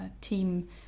team